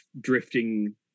drifting